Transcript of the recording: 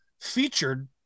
featured